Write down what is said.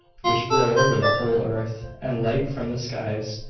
which blow over the whole earth, and light from the skies,